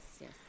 yes